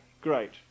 Great